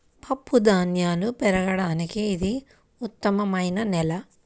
పప్పుధాన్యాలు పెరగడానికి ఇది ఉత్తమమైన నేల